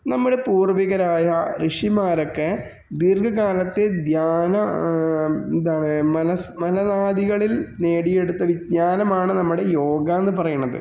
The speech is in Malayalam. നമ്മുടെ പൂർവ്വികരായ ഋഷിമാരൊക്കെ ദീർഘകാലത്തെ ധ്യാന എന്താണ് മനസ്സ് മന നാഡികളിൽ നേടിയെടുത്ത വിഞ്ജാനമാണ് നമ്മുടെ യോഗാന്ന് പറയണത്